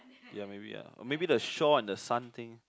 ya maybe ya or maybe the shore and the sun thing